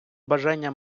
бажання